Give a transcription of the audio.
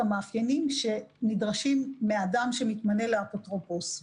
המאפיינים שנדרשים מאדם שמתמנה לאפוטרופוס.